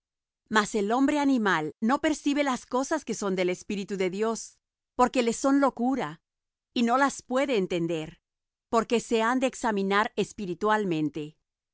mas el hombre animal no percibe las cosas que son del espíritu de dios porque le son locura y no las puede entender porque se han de examinar espiritualmente